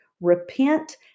Repent